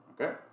Okay